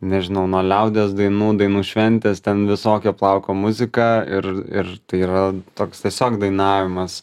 nežinau nuo liaudies dainų dainų šventės ten visokio plauko muzika ir ir tai yra toks tiesiog dainavimas